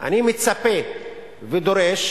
אני מצפה ודורש